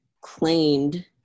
claimed